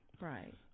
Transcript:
Right